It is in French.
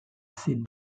ses